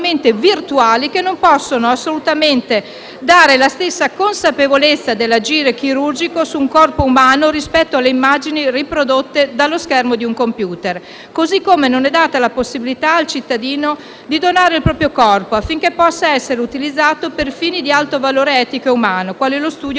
virtuali, che non possono assolutamente dare la stessa consapevolezza dell'agire chirurgico su un corpo umano rispetto alle immagini riprodotte dallo schermo di un computer; così come non è data la possibilità al cittadino di donare il proprio corpo affinché possa essere utilizzato per fini di alto valore etico e umano, quali lo studio,